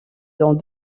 dont